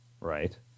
Right